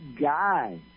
guy